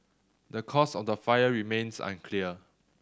the cause of the fire remains unclear